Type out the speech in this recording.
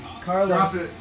Carlos